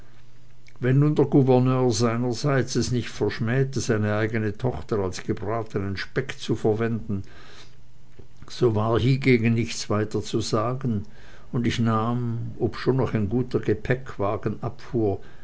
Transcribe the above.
wenn nun der gouverneur seinerseits es nicht verschmähte seine eigene tochter als gebratenen speck zu verwenden so war hiegegen nichts weiter zu sagen und ich nahm obschon noch ein guter gepäckwagen abfuhr